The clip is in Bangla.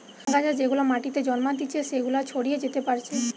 আগাছা যেগুলা মাটিতে জন্মাতিচে সেগুলা ছড়িয়ে যেতে পারছে